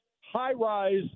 high-rise